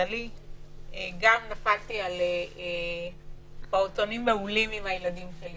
למזלי נפלתי על פעוטונים מעולים עם הילדים שלי